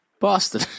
Boston